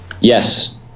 Yes